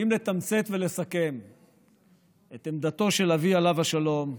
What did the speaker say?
ואם לתמצת ולסכם את עמדתו של אבי, עליו השלום,